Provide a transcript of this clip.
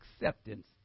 acceptance